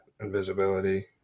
Invisibility